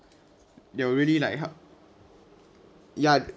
they'll really like hel~ ya